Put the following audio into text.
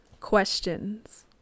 Questions